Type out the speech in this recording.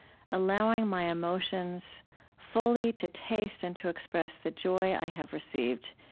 allowing my emotions fully to taste and to express the joy i have received.